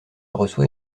reçoit